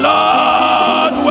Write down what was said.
Lord